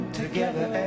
together